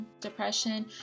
depression